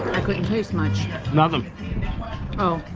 couldn't taste much nothing oh